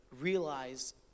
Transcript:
realize